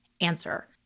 answer